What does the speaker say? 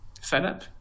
setup